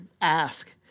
ask